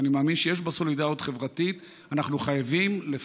אני מאמין שיש בה סולידריות חברתית,